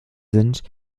sind